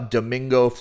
Domingo